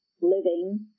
living